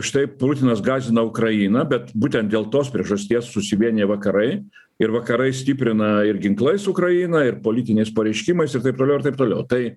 štai putinas gąsdina ukrainą bet būtent dėl tos priežasties susivieniję vakarai ir vakarai stiprina ir ginklais ukrainą ir politiniais pareiškimais ir taip toliau ir taip toliau tai